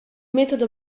metodo